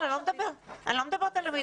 אני לא מדברת על למידה.